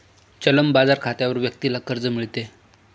चलन बाजार खात्यावर व्यक्तीला कर्ज मिळते